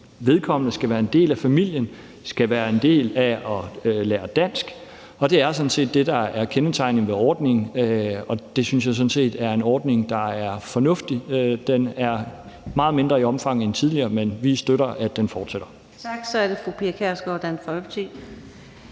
Vedkommende skal være en del af familien og skal lære dansk. Det er sådan set det, der er kendetegnet ved ordningen, og jeg synes sådan set, det er en ordning, der er fornuftig. Den er meget mindre i omfang end tidligere, men vi støtter, at den fortsætter. Kl. 14:59 Fjerde næstformand